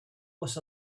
was